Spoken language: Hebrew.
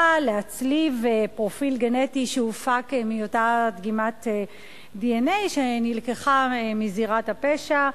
להצליב פרופיל גנטי שהופק מאותה דגימת DNA שנלקחה מזירת הפשע.